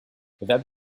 without